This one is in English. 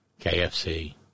KFC